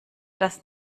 das